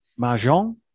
Mahjong